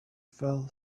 fell